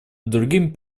другим